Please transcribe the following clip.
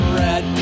red